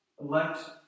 Elect